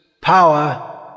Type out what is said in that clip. power